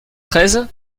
treize